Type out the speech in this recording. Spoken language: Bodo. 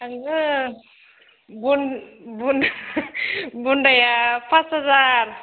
आङो बुन्दाया फास हाजार